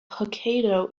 hokkaido